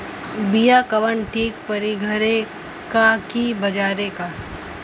बिया कवन ठीक परी घरे क की बजारे क?